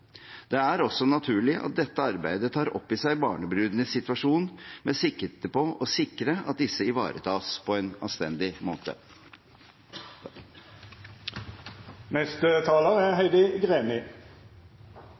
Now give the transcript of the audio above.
Det er også naturlig at dette arbeidet tar opp i seg barnebrudenes situasjon, med sikte på å sikre at disse ivaretas på en anstendig måte.